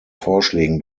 vorschlägen